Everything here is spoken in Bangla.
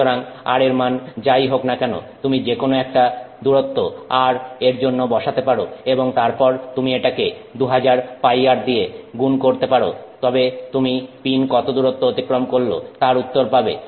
সুতরাং r এর মান যাই হোক না কেন তুমি যেকোন একটা দূরত্ব r এর জন্য বসাতে পারো এবং তারপর তুমি এটাকে 2000πr দিয়ে গুণ করতে পারো তবে তুমি পিন কত দূরত্ব অতিক্রম করল তার উত্তর পাবে